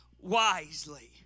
wisely